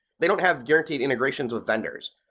they don't have guaranteed integrations with vendors.